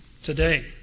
today